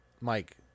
Mike